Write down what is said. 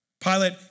Pilate